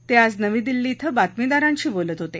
ते आज नवी दिल्ली धिं बातमीदारांशी बोलत होते